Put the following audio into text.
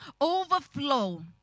overflow